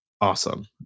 awesome